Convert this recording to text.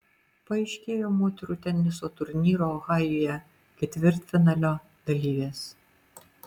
paaiškėjo moterų teniso turnyro ohajuje ketvirtfinalio dalyvės